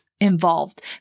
involved